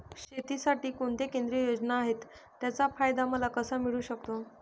शेतीसाठी कोणत्या केंद्रिय योजना आहेत, त्याचा फायदा मला कसा मिळू शकतो?